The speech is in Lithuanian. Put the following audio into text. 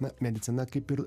na medicina kaip ir